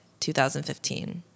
2015